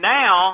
now